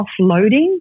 offloading